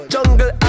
Jungle